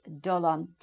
dollar